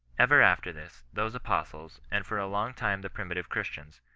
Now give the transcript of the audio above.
ever after this, those apostles, and for a long time the primi tive christians,